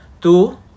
Two